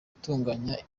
itunganya